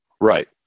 Right